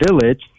village